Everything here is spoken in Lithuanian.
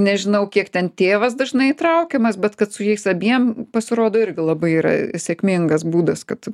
nežinau kiek ten tėvas dažnai įtraukiamas bet kad su jais abiem pasirodo irgi labai yra sėkmingas būdas kad